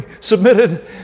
submitted